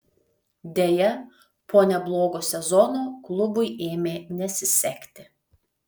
deja po neblogo sezono klubui ėmė nesisekti